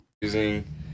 Using